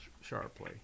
sharply